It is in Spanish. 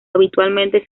habitualmente